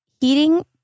heating